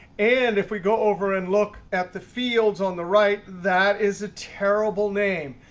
and if we go over and look at the fields on the right, that is a terrible name.